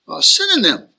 synonym